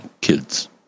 kids